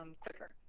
Quicker